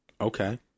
okay